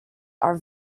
are